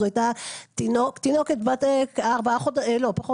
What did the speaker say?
זו הייתה תינוקת כבת חודש,